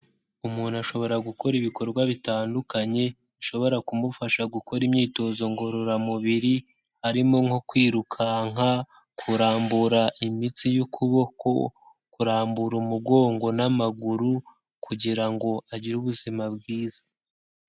Umuntu ashobora gukora ibikorwa bitandukanye bishobora kumufasha gukora imyitozo ngororamubiri, harimo nko kwirukanka, kurambura imitsi y'ukuboko, kurambura umugongo n'amaguru kugira ngo agire ubuzima bwiza.